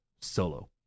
solo